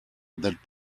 that